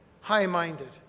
high-minded